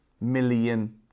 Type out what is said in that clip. million